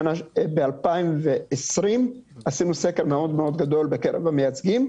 בשנת 2020 עשינו סקר שביעות רצון מאוד מאוד גדול בקרב המייצגים.